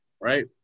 right